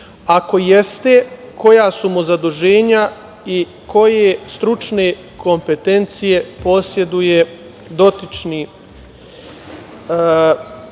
Ako jeste, koja su mu zaduženja i koje stručne kompetencije poseduje dotični? Dotični